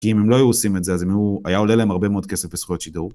כי אם הם לא היו עושים את זה, אז אם היו, היה עולה להם הרבה מאוד כסף וזכויות שידור.